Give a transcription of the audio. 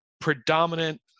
predominant